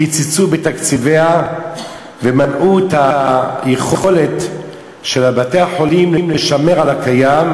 קיצצו בתקציביה ומנעו את היכולת של בתי-החולים לשמר על הקיים,